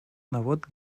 nebot